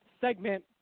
segment